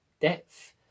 depth